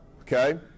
okay